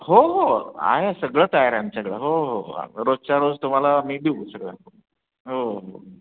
हो हो आहे सगळं तयार आहे आमच्याकडं हो हो रोजच्या रोज तुम्हाला मी देऊ सगळं हो हो